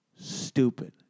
Stupid